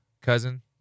cousin